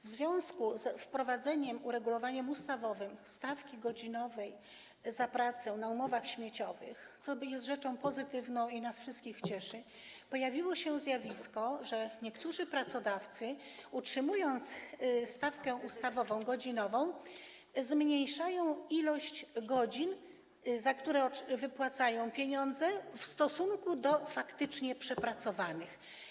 W związku z wprowadzonym uregulowaniem ustawowym stawki godzinowej za pracę na umowach śmieciowych, co jest rzeczą pozytywną i nas wszystkich cieszy, pojawiło się zjawisko, że niektórzy pracodawcy, utrzymując stawkę ustawową godzinową, zmniejszają ilość godzin, za które wypłacają pieniądze w stosunku do faktycznie przepracowanych.